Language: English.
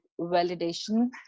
validation